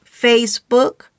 Facebook